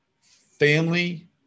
Family